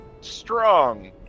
strong